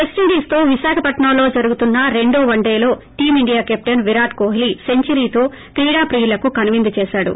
వెస్టిండీస్తో జరుగుతున్న రెండో వన్సేలో టీమిండియా కెప్టెస్ విరాట్ కోహ్లీ సెంచరీతో క్రిడాప్రియులకి కనువిందు చేసాడు